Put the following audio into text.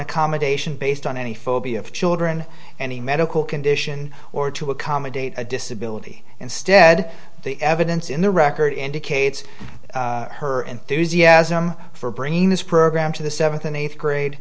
accommodation based on any phobia of children any medical condition or to accommodate a disability instead the evidence in the record indicates her enthusiasm for bringing this program to the seventh and eighth grade